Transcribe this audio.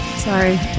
Sorry